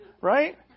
right